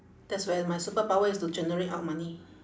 that's where my superpower is to generate out money